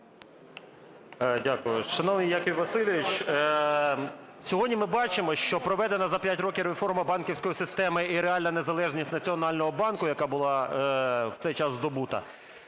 Дякую. Шановний Яків Васильович, сьогодні ми бачимо, що проведена за 5 років реформа банківської системи і реальна незалежність Національного банку, яка була в цей час здобута,